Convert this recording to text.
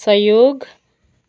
सहयोग